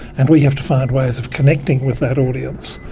and we have to find ways of connecting with that audience.